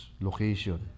location